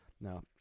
Now